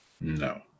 No